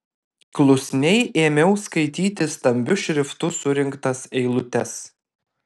klusniai ėmiau skaityti stambiu šriftu surinktas eilutes